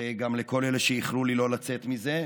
וגם לכל אלה שאיחלו לי לא לצאת מזה,